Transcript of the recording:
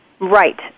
Right